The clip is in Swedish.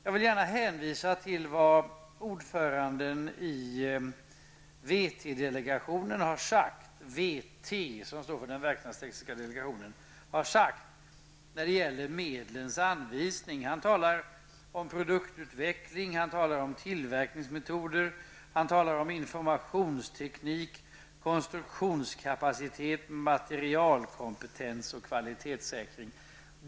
Jag vill gärna hänvisa till vad ordföranden i VT delegationen, den verkstadstekniska delegationen, har uttalat när det gäller medlens anvisning. Han talar om produktutveckling, tillverkningsmetoder, informationsteknik, konstruktionskapacitet, materialkompetens och kvalitetssäkring.